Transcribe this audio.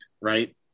right